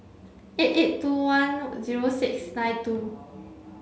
eight eight two one zero six nine two